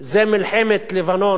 זה מלחמת לבנון הראשונה,